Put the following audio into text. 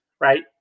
right